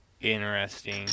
interesting